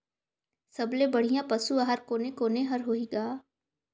सबले बढ़िया पशु आहार कोने कोने हर होही ग?